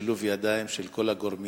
בשילוב ידיים של כל הגורמים,